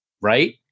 Right